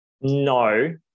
no